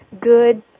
good